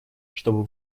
чтобы